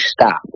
stop